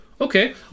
Okay